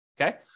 Okay